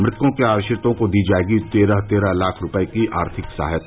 मृतकों के आश्रितों को दी जायेगी तेरह तेरह लाख रूपय की आर्थिक सहायता